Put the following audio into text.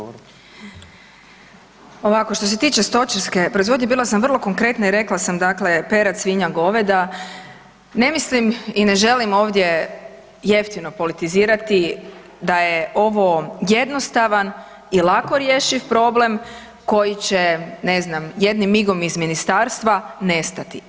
Ovako, što se tiče stočarske proizvodnje bila sam vrlo konkretna i rekla sam dakle perad, svinja, goveda, ne mislim i ne želim ovdje jeftino politizirati da je ovo jednostavan i lako rješiv problem koji će ne znam jednim migom iz ministarstva nestati.